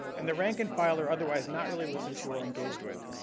and the rank-and-file are otherwise not really listened to or engaged with.